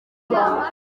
ukwihangana